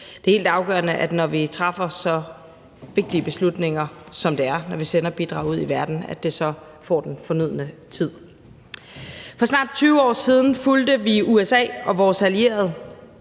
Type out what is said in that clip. det er helt afgørende, at det, når vi træffer så vigtige beslutninger, som det er, når vi sender bidrag ud i verden, så får den fornødne tid. For snart 20 år siden fulgte vi USA og vores allierede